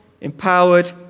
empowered